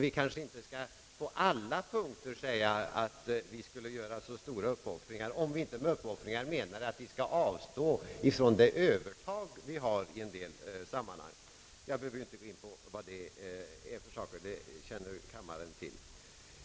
Vi kanske inte skall på alla punkter säga att vi skulle göra så stora uppoffringar, om vi inte med uppoffringar menar att vi skall avstå från det övertag vi har i detta sammanhang. Jag behöver inte gå in på vad det är för saker — det känner kammaren till.